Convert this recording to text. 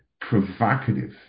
provocative